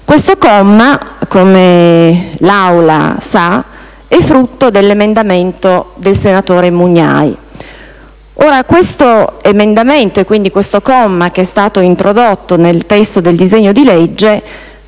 Questo comma, come l'Assemblea sa, è frutto dell'emendamento del senatore Mugnai. Questo emendamento - e quindi il comma che è stato introdotto nel testo del disegno di legge